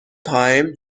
time